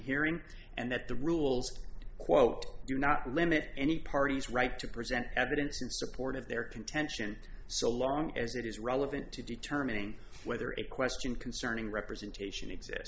hearing and that the rules quote do not limit any party's right to present evidence in support of their contention so long as it is relevant to determining whether a question concerning representation exist